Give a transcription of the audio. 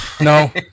no